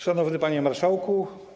Szanowny Panie Marszałku!